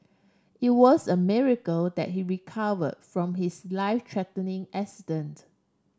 it was a miracle that he recover from his life threatening accident